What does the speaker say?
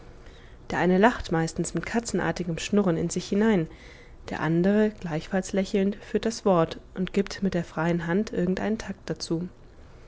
der eine lacht meistens mit katzenartigem schnurren in sich hinein der andere gleichfalls lächelnd führt das wort und gibt mit der freien hand irgendeinen takt dazu